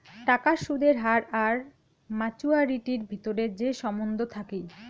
টাকার সুদের হার আর মাচুয়ারিটির ভিতরে যে সম্বন্ধ থাকি